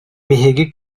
биһиги